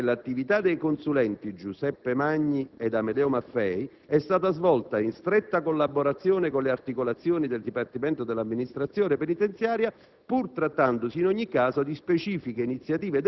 penitenziaria (DAP), il quale evidenzia che l'attività dei consulenti Giuseppe Magni ed Amedeo Maffei è stata svolta in stretta collaborazione con le articolazioni del Dipartimento dell'amministrazione penitenziaria,